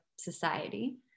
society